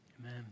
Amen